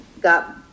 got